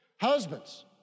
Husbands